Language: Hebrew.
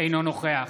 אינו נוכח